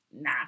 nah